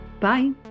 Bye